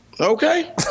Okay